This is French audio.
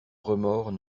remords